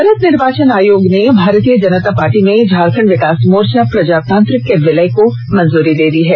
भारत निर्वाचन आयोग ने भारतीय जनता पार्टी में झारखंड विकास मोर्चा प्रजातांत्रिक के विलय को मंजूरी दे दी है